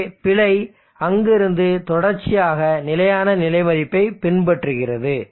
எனவே பிழை அங்கிருந்து தொடர்ச்சியாக நிலையான நிலை மதிப்பைப் பின்பற்றுகிறது